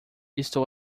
estou